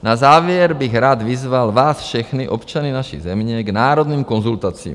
Na závěr bych rád vyzval vás všechny občany naší země k národním konzultacím.